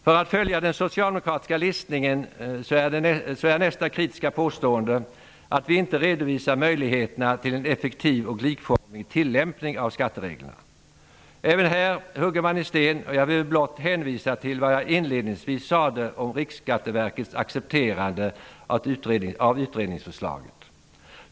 För att följa den socialdemokratiska listningen är nästa kritiska påstående att vi inte redovisar möjligheterna till en effektiv och likformig tillämpning av skattereglerna. Även här hugger man i sten. Jag vill blott hänvisa till vad jag inledningsvis sade om Riksskatteverkets accepterande av utredningsförslaget.